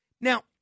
Now